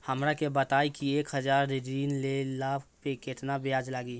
हमरा के बताई कि एक हज़ार के ऋण ले ला पे केतना ब्याज लागी?